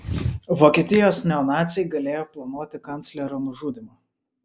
vokietijos neonaciai galėjo planuoti kanclerio nužudymą